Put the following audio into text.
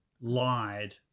lied